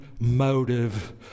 motive